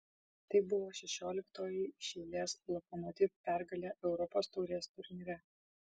tai buvo šešioliktoji iš eilės lokomotiv pergalė europos taurės turnyre